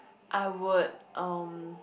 I would um